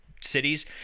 cities